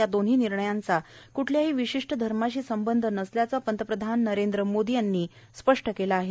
या दोन्ही निर्णयांचा कृठल्याही विशिष्ट धर्माशी संबंध नसल्याचं पंतप्रधान नरेंद्र मोदी यांनी स्पष्ट केलं आहे